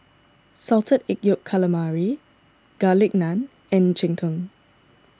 Salted Egg Yolk Calamari Garlic Naan and Cheng Tng